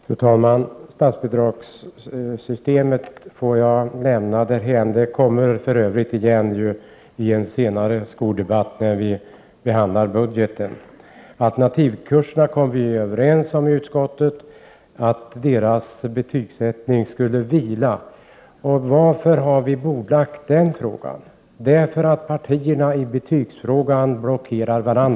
Fru talman! Statsbidragssystemet får jag lämna därhän. Det kommer för Övrigt igen i en senare skoldebatt när vi skall behandla budgeten. När det gäller alternativkurserna kom vi i utskottet överens om att frågan om betygsättningen skall vila. Varför har vi då bordlagt den frågan? Jo, därför att partierna blockerar varandra i betygsfrågan.